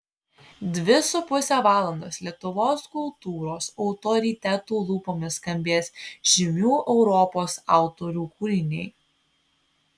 dvi su puse valandos lietuvos kultūros autoritetų lūpomis skambės žymių europos autorių kūriniai